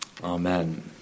Amen